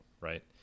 right